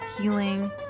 healing